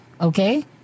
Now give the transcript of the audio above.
Okay